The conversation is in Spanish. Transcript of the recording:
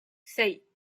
seis